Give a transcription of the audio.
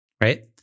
right